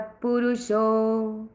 purusho